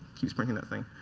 keeps breaking that thing.